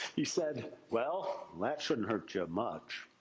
he said, well, that shouldn't hurt you. much.